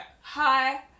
hi